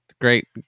great